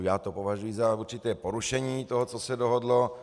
Já to považuji za určité porušení toho, co se dohodlo.